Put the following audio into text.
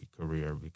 career